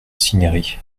cinieri